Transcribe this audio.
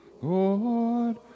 Lord